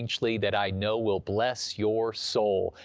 angley that i know will bless your soul!